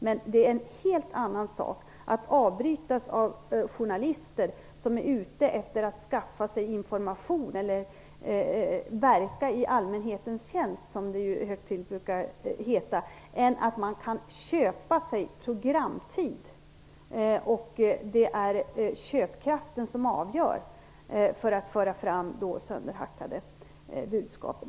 Men det är en sak att avbrytas av journalister som är ute efter att skaffa sig information eller verka i allmänhetens tjänst, som det ju högtidligt brukar heta. En annan sak är att man kan köpa sig programtid för att föra fram sönderhackade budskap och att köpkraften avgör.